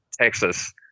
Texas